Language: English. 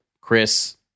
Chris